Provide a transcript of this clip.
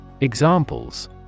Examples